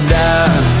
die